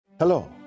Hello